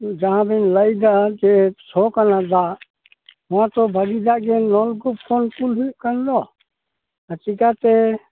ᱡᱟᱦᱟᱸ ᱵᱮᱱ ᱞᱟᱹᱭ ᱮᱫᱟ ᱡᱮ ᱥᱚ ᱠᱟᱱᱟ ᱫᱟᱜ ᱱᱚᱣᱟ ᱛᱚ ᱵᱷᱟᱹᱜᱤ ᱫᱟᱜ ᱜᱮ ᱱᱚᱞᱠᱩᱯ ᱠᱷᱚᱱ ᱠᱩᱞ ᱦᱩᱭᱩᱜ ᱠᱟᱱ ᱫᱚ ᱪᱮᱠᱟ ᱛᱮ